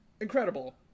incredible